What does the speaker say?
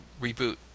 reboot